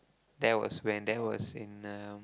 that was when that was in a